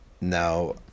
Now